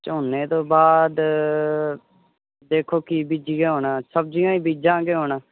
ਝੋਨੇ ਤੋਂ ਬਾਅਦ ਦੇਖੋ ਕੀ ਬੀਜੀਏ ਹੁਣ ਸਬਜ਼ੀਆਂ ਹੀ ਬੀਜਾਂਗੇ ਹੁਣ